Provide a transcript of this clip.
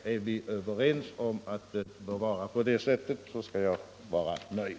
Är vi överens om att det bör vara på det sättet skall jag vara nöjd.